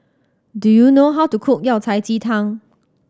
do you know how to cook Yao Cai ji tang